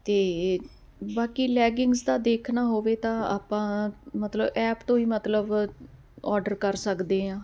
ਅਤੇ ਬਾਕੀ ਲੈਗਿੰਗਜ਼ ਤਾਂ ਦੇਖਣਾ ਹੋਵੇ ਤਾਂ ਆਪਾਂ ਮਤਲਬ ਐਪ ਤੋਂ ਹੀ ਮਤਲਬ ਆਰਡਰ ਕਰ ਸਕਦੇ ਹਾਂ